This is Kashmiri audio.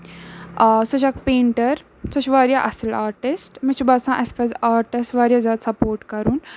آ سۄ چھِ اکھ پینٹر سۄ چھُ واریاہ اَصٕل آرٹِسٹ مےٚ چھُ باسان اَسہِ پَزِ آرٹَس واریاہ زیادٕ سَپورٹ کَرُن